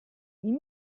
ihm